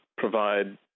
Provide